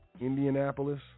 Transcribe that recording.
Indianapolis